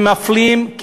הם מפלים,